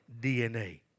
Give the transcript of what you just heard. DNA